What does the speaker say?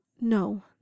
No